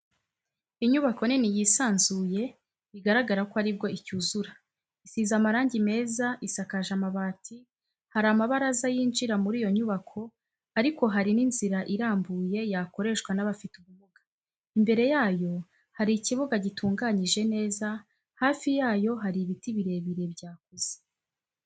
Inyubako nini yisanzuye bigaragara ko ari bwo icyuzura, isize amarangi meza isakaje amabati, hari amabaraza yinjira muri iyo nyubako ariko hari n'inzira irambuye yakoreshwa n'abafite ubumuga, imbere yayo hari ikibuga gitunganyije neza hafi yayo hari ibiti birebire byakuze.